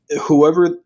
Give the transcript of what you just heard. whoever –